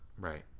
Right